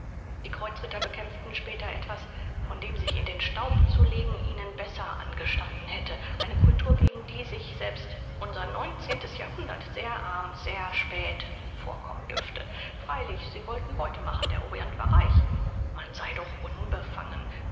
die kreuzritter bekämpften später etwas vor dem sich in den staub zu legen ihnen besser angestanden hätte eine cultur gegen die sich selbst unser neunzehntes jahrhundert sehr arm sehr spät vorkommen dürfte freilich sie wollten beute machen der orient war reich man sei doch unbefangen